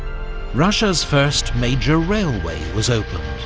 russia's first major railway was opened,